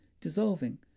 dissolving